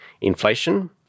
inflation